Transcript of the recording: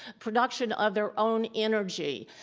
production of their own energy,